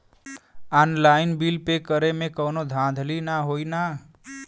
Online bill pay करे में कौनो धांधली ना होई ना?